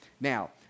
Now